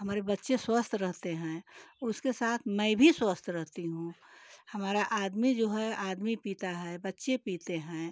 हमारे बच्चे स्वस्थ रहते हैं उसके साथ मैं भी स्वस्थ रहती हूँ हमारा आदमी जो है आदमी पीता है बच्चे पीते हैं